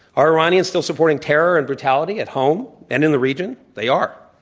are iranians still supporting terror and brutality at home and in the region? they are.